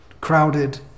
crowded